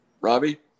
Robbie